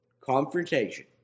confrontation